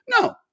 No